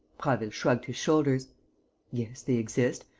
prasville shrugged his shoulders yes, they exist.